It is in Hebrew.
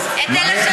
את אלה שמתפוצצים,